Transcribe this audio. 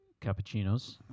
cappuccinos